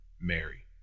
Mary